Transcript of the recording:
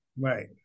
Right